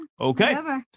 Okay